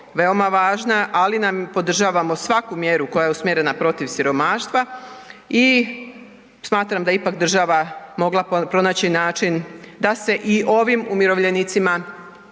jako važna, ali podržavamo svaku mjeru koja je usmjerena protiv siromaštva i smatram da je ipak država mogla pronaći način da se i ovim umirovljenicima